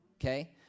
Okay